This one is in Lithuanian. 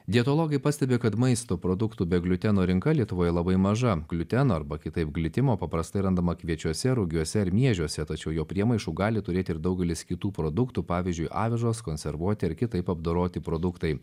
dietologai pastebi kad maisto produktų be gliuteno rinka lietuvoje labai maža gliuteno arba kitaip glitimo paprastai randama kviečiuose rugiuose ir miežiuose tačiau jo priemaišų gali turėti ir daugelis kitų produktų pavyzdžiui avižos konservuoti ar kitaip apdoroti produktai